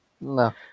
No